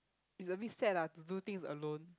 is a bit sad lah to do things alone